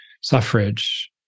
suffrage